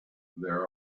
there